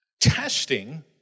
Testing